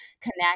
connect